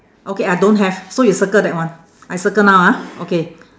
okay I don't have so you circle that one I circle now ah okay